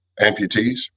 amputees